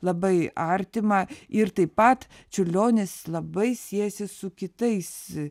labai artima ir taip pat čiurlionis labai siejasi su kitais